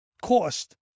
cost